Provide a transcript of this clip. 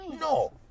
No